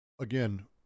Again